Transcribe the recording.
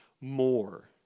more